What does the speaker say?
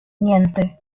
niente